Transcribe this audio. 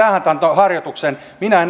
minä